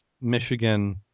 Michigan